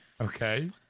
Okay